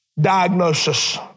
diagnosis